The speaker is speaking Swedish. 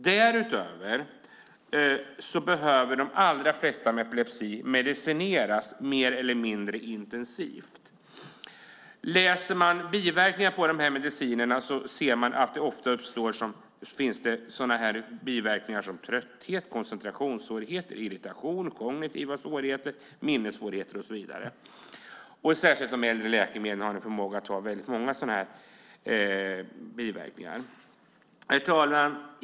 Därutöver behöver de allra flesta med epilepsi medicineras mer eller mindre intensivt. Läser man om biverkningarna av de här medicinerna ser man att det ofta uppstår biverkningar som trötthet, koncentrationssvårigheter, irritation, kognitiva svårigheter, minnessvårigheter och så vidare. Särskilt de äldre läkemedlen har väldigt många sådana biverkningar. Herr talman!